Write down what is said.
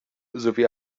sowie